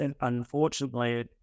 unfortunately